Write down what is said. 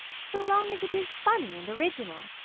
so long as it is funny and original.